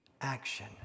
action